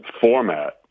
format